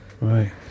Right